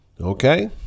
Okay